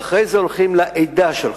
ואחרי זה הולכים לעדה שלך.